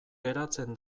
geratzen